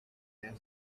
rayon